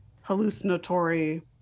hallucinatory